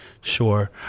sure